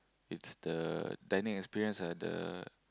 it's the dining experience ah the